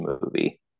movie